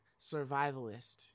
survivalist